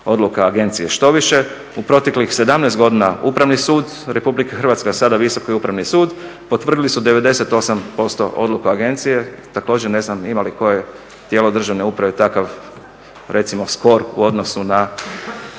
odluka agencije. Štoviše, u proteklih 17 godina Upravni sud Republike Hrvatske a sada Visoki upravni sud potvrdili su 98% odluka agencije. Također ne znam ima li koje tijelo državne uprave takav recimo spor u odnosu,